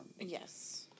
Yes